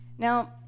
Now